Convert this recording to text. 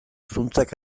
zuntzak